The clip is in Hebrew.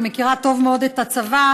שמכירה טוב מאוד את הצבא,